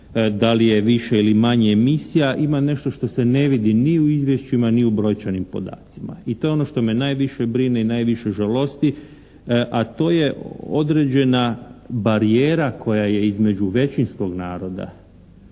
da li je više ili manje emisija ima nešto što se ne vidi ni u izvješćima ni u brojčanim podacima i to je ono što me najviše brine i najviše žalosti a to je određena barijera koja je između većinskog naroda